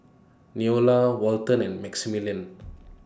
Neola Walton and Maximilian